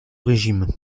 régime